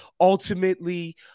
Ultimately